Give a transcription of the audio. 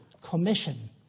commission